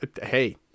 Hey